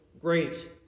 great